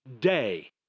day